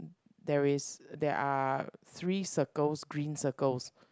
there's there're three circles green circles